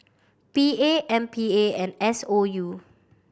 P A M P A and S O U